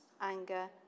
anger